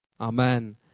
Amen